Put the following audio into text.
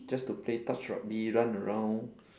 just to play touch rugby run around